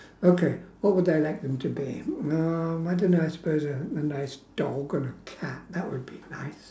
okay what would I like them to be um I don't know I suppose a a nice dog or a cat that would be nice